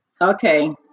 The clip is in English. Okay